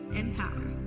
empower